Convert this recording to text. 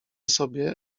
sobie